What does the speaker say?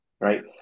right